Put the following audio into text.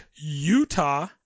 Utah